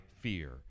fear